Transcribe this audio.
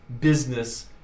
business